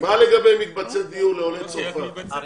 לגבי מקצבי דיור לעולי צרפת?